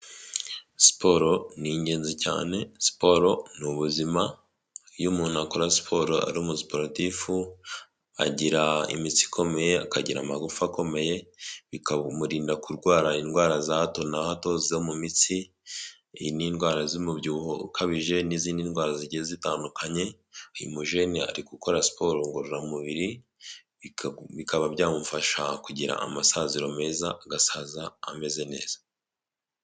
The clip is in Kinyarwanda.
Siporo ni ingenzi cyane, siporo ni ubuzima, iyo umuntu akora siporo ari umusiporutifu agira imitsi ikomeye akagira amagufwa akomeye, bikabumurinda kurwara indwara za hato na hato zo mu mitsi n'indwara z'umubyibuho ukabije n'izindi ndwara zigiye zitandukanye, uyu mujene ari gukora siporo ngororamubiri bikaba byamufasha kugira amasaziro meza, agasaza ameze neza.